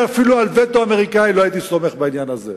אפילו על וטו אמריקני לא הייתי סומך בעניין הזה,